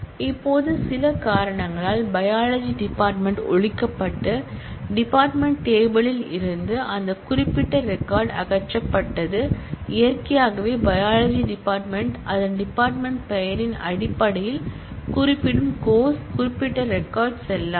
இப்போது சில காரணங்களால் பையாலஜி டிபார்ட்மென்ட் ஒழிக்கப்பட்டு டிபார்ட்மென்ட் டேபிள் யில் இருந்து அந்த குறிப்பிட்ட ரெக்கார்ட் அகற்றப்பட்டது இயற்கையாகவே பையாலஜி டிபார்ட்மென்ட் யை அதன் டிபார்ட்மென்ட் பெயரின் அடிப்படையில் குறிப்பிடும் கோர்ஸ் குறிப்பிட்ட ரெக்கார்ட் செல்லாது